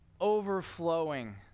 overflowing